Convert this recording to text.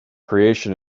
creation